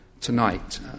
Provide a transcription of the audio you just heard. tonight